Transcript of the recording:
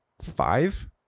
five